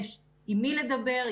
יש עם מי לדבר,